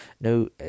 no